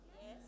Yes